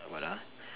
what ah